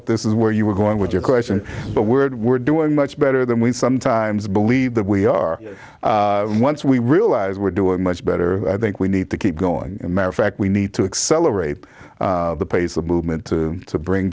if this is where you were going with your question but word we're doing much better than we sometimes believe that we are once we realize we're doing much better i think we need to keep going and matter fact we need to accelerate the pace of movement to bring